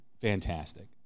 fantastic